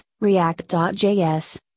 React.js